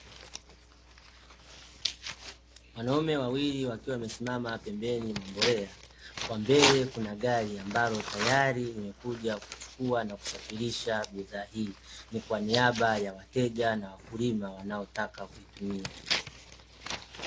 Wanaume wawili wakiwa wamesimama pembeni ya mbolea , kwa mbele kuna gari ambalo tayari, limekuja kuchukua na kusafirisha bidhaa hii. Ni kwa niaba ya wateja na wakulima, wanaotaka kuitumia.